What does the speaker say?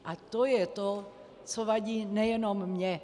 A to je to, co vadí nejenom mně.